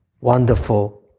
wonderful